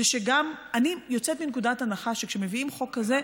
זה שגם אני יוצאת מנקודת הנחה שכשמביאים חוק כזה,